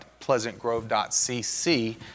pleasantgrove.cc